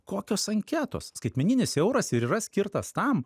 kokios anketos skaitmeninis euras ir yra skirtas tam